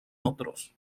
otros